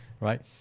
right